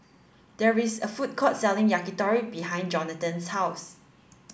there is a food court selling Yakitori behind Jonathan's house